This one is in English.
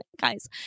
guys